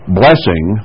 blessing